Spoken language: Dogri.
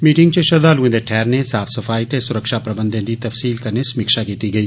मीटिंग च श्रद्वालुएं दे ठहरने साफ सफाई ते सुरक्षा प्रबंध दी तफसील कन्नै समीक्षा कीती गेई